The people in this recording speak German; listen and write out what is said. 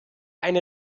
eine